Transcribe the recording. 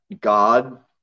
God